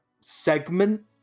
segment